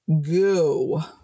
go